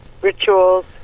rituals